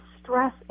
stress